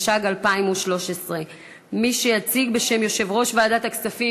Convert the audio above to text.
התשע"ג 2013. מי שיציג בשם יושב-ראש ועדת הכספים